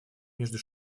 между